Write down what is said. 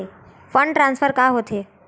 Fund transfer का होथे?